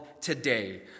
today